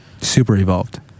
Super-evolved